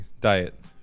diet